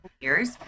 years